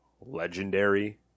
Legendary